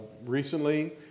recently